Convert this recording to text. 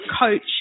coach